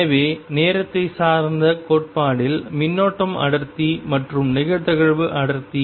எனவே நேரத்தை சார்ந்த கோட்பாட்டில் மின்னோட்டம் அடர்த்தி மற்றும் நிகழ்தகவு அடர்த்தி